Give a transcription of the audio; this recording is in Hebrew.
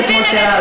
חבר הכנסת מוסי רז.